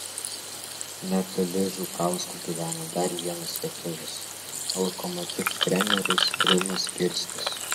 netoli žukauskų gyvena dar vienas lietuvis lokomotiv treneris rimas girskis